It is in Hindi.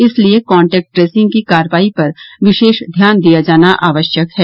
इसलिए कॉन्टैक्ट ट्रेसिंग की कार्रवाई पर विशेष ध्यान दिया जाना आवश्यक है